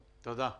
תודה.